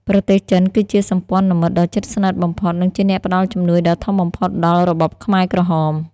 ប្រទេសចិនគឺជាសម្ព័ន្ធមិត្តដ៏ជិតស្និទ្ធបំផុត និងជាអ្នកផ្ដល់ជំនួយដ៏ធំបំផុតដល់របបខ្មែរក្រហម។